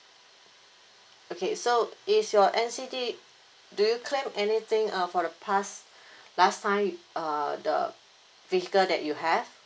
okay so is your N_C_D do you claim anything uh for the past last time uh the vehicle that you have